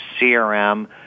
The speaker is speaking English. CRM